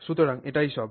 সুতরাং এটাই সব